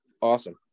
Awesome